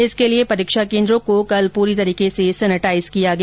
इसके लिए परीक्षा केन्द्रों को कल पूरी तरीके से सेनिटाइज किया गया